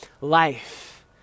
life